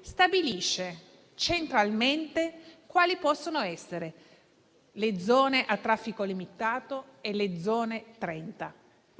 stabilisce centralmente quali possono essere le Zone a traffico limitato e le Zone 30. Ma